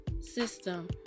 system